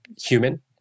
human